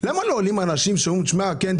למה לא עולים אנשים שאומרים: כן,